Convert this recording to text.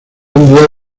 enviado